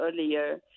earlier